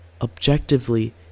objectively